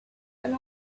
and